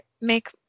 make